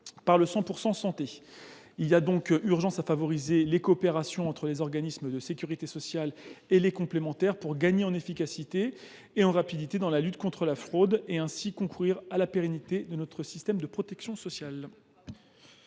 par le 100 % santé. Il y a donc urgence à favoriser la coopération entre les organismes de sécurité sociale et les complémentaires santé, afin de gagner en efficacité et en rapidité dans la lutte contre la fraude et de concourir ainsi à la pérennité de notre système de protection sociale.